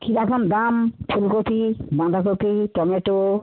কী রকম দাম ফুলকপি বাঁধাকপি টমেটো